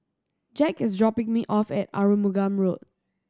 Jack is dropping me off at Arumugam Road